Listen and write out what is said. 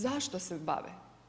Zašto se bave?